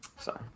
sorry